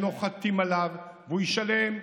שנוחתים עליו, והוא ישלם.